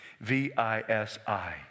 V-I-S-I